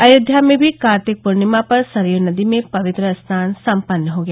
अयोध्या में भी कार्तिक पूर्णिमा पर सरयू नदी में पवित्र स्नान सम्पन्न हो गया